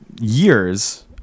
years